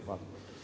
Hvala.